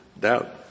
doubt